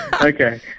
Okay